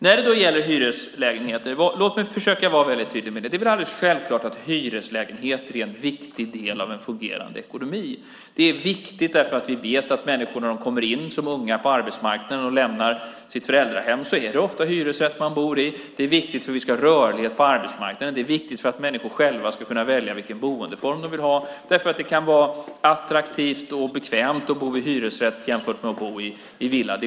Låt mig sedan försöka vara väldigt tydlig när det gäller hyreslägenheter: Det är väl alldeles självklart att hyreslägenheter är en viktig del av en fungerande ekonomi. Det är viktigt eftersom vi vet att när människor kommer in som unga på arbetsmarknaden och lämnar sitt föräldrahem är det ofta hyresrätt de bor i. Det är viktigt för att vi ska ha rörlighet på arbetsmarknaden. Det är viktigt för att människor själva ska kunna välja vilken boendeform de vill ha. Det kan vara attraktivt och bekvämt att bo i hyresrätt jämfört med att bo i villa.